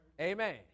Amen